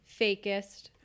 fakest